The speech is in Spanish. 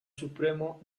supremo